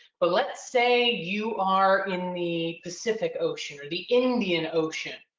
but let's say you are in the pacific ocean or the indian ocean,